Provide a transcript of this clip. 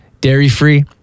dairy-free